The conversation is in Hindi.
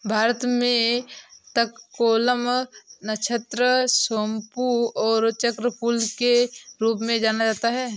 भारत भर में तककोलम, नक्षत्र सोमपू और चक्रफूल के रूप में जाना जाता है